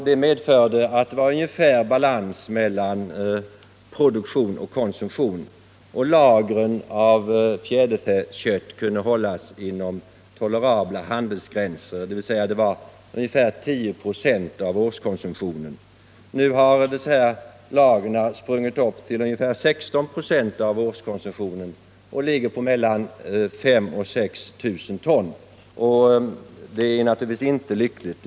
Det medförde att det nästan var balans mellan produktion och konsumtion, och lagren av fjäderfäkött kunde hållas inom tolerabla handelsgränser, dvs. ca 10 96 av årskonsumtionen. Nu har dessa lager sprungit upp till ungefär 16 96 av årskonsumtionen och ligger på 5 000 å 6 000 ton. Det är naturligtvis inte lyckligt.